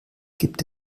gibt